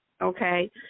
okay